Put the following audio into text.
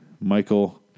Michael